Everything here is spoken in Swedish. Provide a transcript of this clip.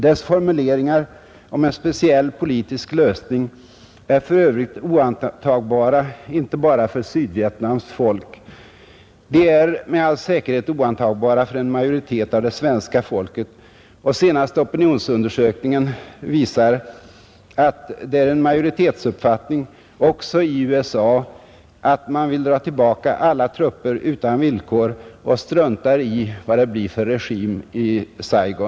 Dessa formuleringar om en speciell politisk lösning är för övrigt oantagbara inte bara för Sydvietnams folk. De är med all sannolikhet oantagbara för en majoritet av svenska folket, och senaste opinionsundersökningar visar att det är en majoritetsuppfattning också i USA att man vill dra tillbaka alla trupper utan villkor och struntar i vad det blir för regim i Saigon.